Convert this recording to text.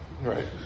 right